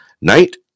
night